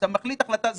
אתה מחליט החלטה זמנית,